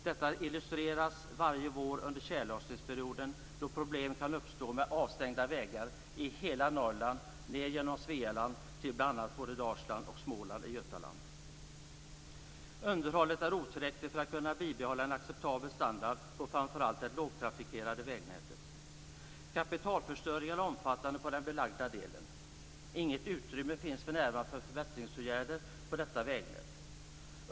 Detta illustreras varje vår under tjällossningsperioden då problem kan uppstå med avstängda vägar i hela Norrland och ned genom Svealand till bl.a. Dalsland och Småland i Götaland. Underhållet är otillräckligt för att kunna bibehålla en acceptabel standard på framförallt det lågtrafikerade vägnätet. Kapitalförstöringen är omfattande på den belagda delen. Inget utrymme finns för närvarande för förbättringsåtgärder på detta vägnät.